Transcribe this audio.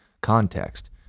context